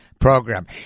program